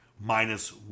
minus